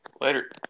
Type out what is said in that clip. Later